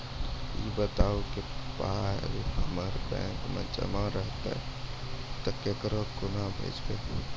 ई बताऊ जे पाय हमर बैंक मे जमा रहतै तऽ ककरो कूना भेजबै?